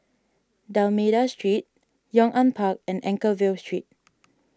D'Almeida Street Yong An Park and Anchorvale Street